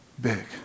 big